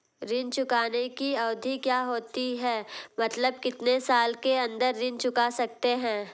ऋण चुकाने की अवधि क्या होती है मतलब कितने साल के अंदर ऋण चुका सकते हैं?